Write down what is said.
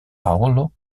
paolo